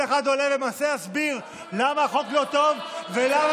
כל אחד עולה ומנסה להסביר למה החוק לא טוב ולמה